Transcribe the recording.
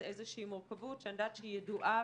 איזושהי מורכבות שאני יודעת שהיא ידועה,